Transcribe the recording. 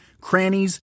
crannies